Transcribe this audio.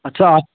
अच्छा